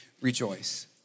rejoice